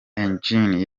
eugene